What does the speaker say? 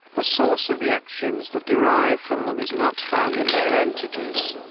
the source of the actions that derive from them is not found in their entities.